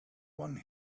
one